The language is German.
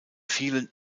vielen